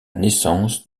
naissance